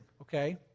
okay